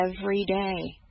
everyday